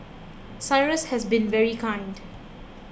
Cyrus has been very kind